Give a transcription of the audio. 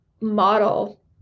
model